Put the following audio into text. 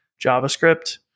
JavaScript